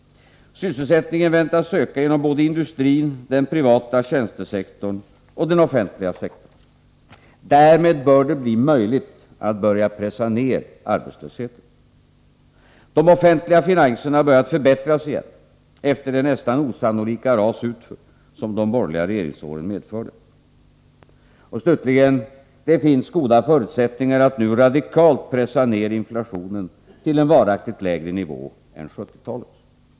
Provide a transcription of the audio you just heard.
Sysselsättningen väntas öka inom både industrin, den privata tjänstesektorn och den offentliga sektorn. Därmed bör det bli möjligt att börja pressa ned arbetslösheten. De offentliga finanserna har börjat förbättras igen efter det nästan osannolika ras utför som de borgerliga regeringsåren medförde. Slutligen: Det finns goda förutsättningar för att nu radikalt pressa ned inflationen till en varaktigt lägre nivå än 1970-talets.